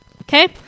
okay